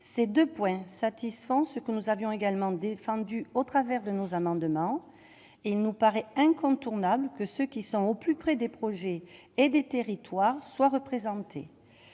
ces 2 points satisfont ce que nous avions également défendu au travers de nos amendements, il nous paraît incontournable que ceux qui sont au plus près des projets et des territoires soit représenté